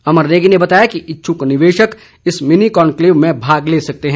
अमर नेगी ने बताया कि इच्छुक निवेशक इस मिनी कनक्लेव में भाग ले सकते हैं